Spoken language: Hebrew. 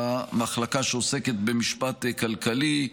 במחלקה שעוסקת במשפט כלכלי.